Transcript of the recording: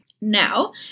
Now